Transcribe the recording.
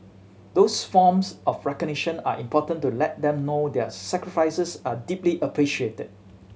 these forms of recognition are important to let them know their sacrifices are deeply appreciated